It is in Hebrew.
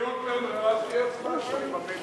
היות שאין, הצבעה שמית.